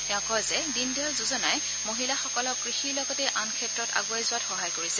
তেওঁ কয় যে দীনদয়াল যোজনাই মহিলাসকলক কৃষিৰ লগতে আন ক্ষেত্ৰত আণুৱাই যোৱাত সহায় কৰিছে